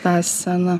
tą sceną